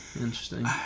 interesting